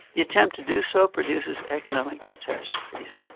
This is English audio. the attempt to do so produces economic catastrophes.